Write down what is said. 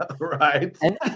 Right